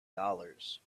dollars